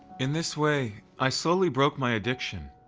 in this way, i slowly broke my addiction.